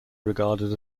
regarded